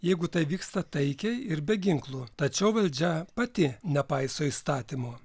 jeigu tai vyksta taikiai ir be ginklų tačiau valdžia pati nepaiso įstatymo